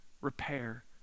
repair